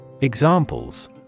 Examples